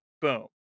boom